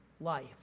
life